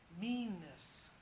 meanness